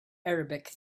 arabic